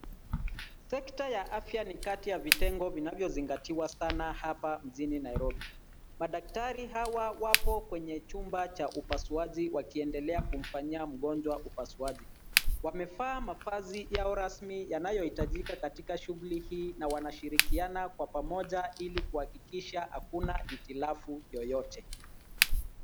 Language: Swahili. Sekta ta afya ni kati ya vitengo vinavyozingatiwa sana hapa mjini Nairobi. Madaktari hawa wapo kwenye chumba cha upasuaji wakiendelea kumfanyia mgonjwa upasuaji. Wamevaa mavazi yao rasmi yanayohitajika katika shughuli hii na wanashikiliana kwa pamoja ili kuhakikisha hakuna hitilafu yoyote.